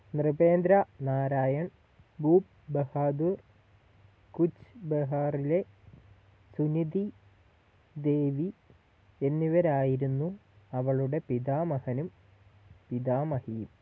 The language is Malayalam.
നൃപേന്ദ്ര നാരായൺ ഭൂപ് ബഹാദൂർ കുച്ച് ബെഹാർലെ സുനിതി ദേവി എന്നിവരായിരുന്നു അവളുടെ പിതാമഹനും പിതാമഹിയും